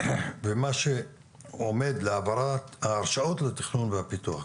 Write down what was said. ומה שעומד להעברת ההרשאות התכנון והפיתוח.